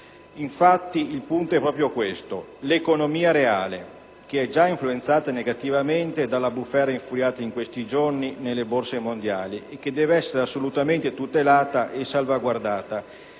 Il punto è proprio questo: l'economia reale, che è già influenzata negativamente dalla bufera infuriata in questi giorni nelle borse mondiali, deve essere assolutamente tutelata e salvaguardata.